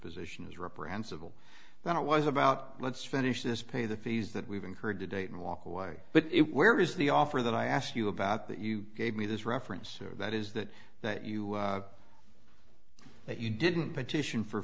position is reprehensible that it was about let's finish this pay the fees that we've incurred to date and walk away but it where is the offer that i asked you about that you gave me this reference that is that that you that you didn't petition for